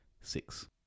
six